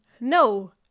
No